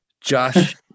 Josh